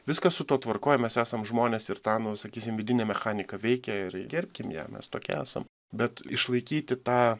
viskas su tuo tvarkoj mes esam žmonės ir ta nu sakysim vidinė mechanika veikia ir gerbkim ją mes tokie esam bet išlaikyti tą